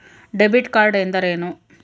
Debit card ಎಂದರೇನು?